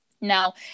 Now